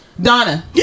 donna